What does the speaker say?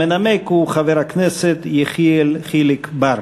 המנמק הוא חבר הכנסת יחיאל חיליק בר.